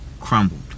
crumbled